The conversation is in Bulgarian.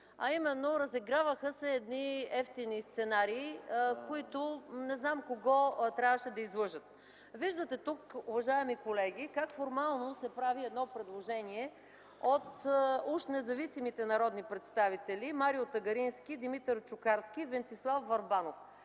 комисия – разиграваха се едни евтини сценарии, които не знам кого трябваше да излъжат. Виждате тук, уважаеми колеги, как формално се прави едно предложение от уж независимите народни представители Марио Тагарински, Димитър Чукарски, Венцислав Върбанов.